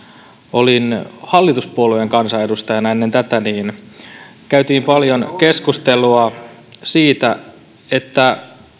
olin hallituspuolueen kansanedustajana ennen tätä käytiin paljon keskustelua siitä että